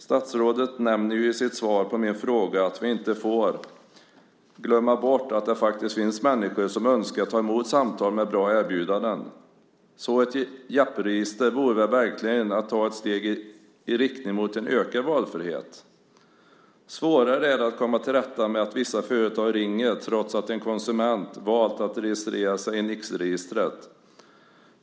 Statsrådet nämner i sitt svar på min fråga att vi inte får glömma bort att det faktiskt finns människor som önskar ta emot samtal med bra erbjudanden, så ett Jappregister vore väl att ta ett steg i riktning mot ökad valfrihet? Svårare är det att komma till rätta med att vissa företag ringer trots att en konsument valt att registrera sig i Nixregistret.